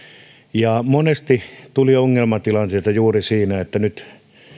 monesti tuli ongelmatilanteita juuri siinä että nyt